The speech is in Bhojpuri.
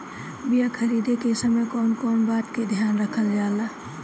बीया खरीदे के समय कौन कौन बात के ध्यान रखल जाला?